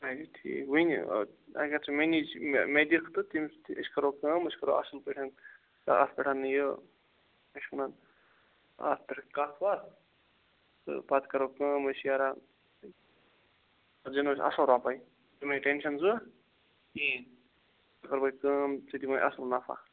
اچھا ٹھیٖک مےٚ نِش اگر ژٕ مےٚ دِکھ تہٕ أسۍ کرو کٲم أسۍ کرو اصل پٲٹھۍ اتھ پیٚٹھ یہِ کیاہ چھِ وَنان اتھ پیٚٹھ کتھ وتھ تہٕ پَتہٕ کرو کٲم أسۍ یارا پَتہٕ زینو أسۍ اصل رۄپے ژِ مہ ہیے ٹیٚنشَن سُہ کِہیٖنۍ ژےٚ کَرووے کٲم ژےٚ دِموے اصل نَفَع